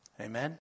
Amen